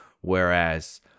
whereas